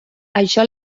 això